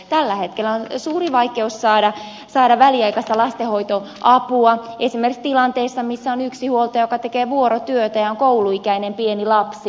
tällä hetkellä on suuri vaikeus saada väliaikaista lastenhoitoapua esimerkiksi tilanteessa jossa yksinhuoltaja tekee vuorotyötä ja jolla on kouluikäinen pieni lapsi